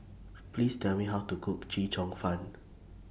Please Tell Me How to Cook Chee Cheong Fun